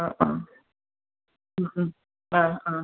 ആ ആ ഉം ഉം ആ ആ